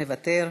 מוותר,